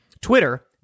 Twitter